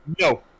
no